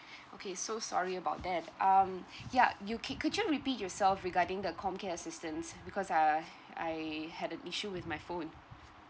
okay so sorry about that um yup you cou~ could you repeat yourself regarding the comcare assistance because I I had an issue with my phone